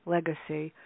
Legacy